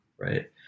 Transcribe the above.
right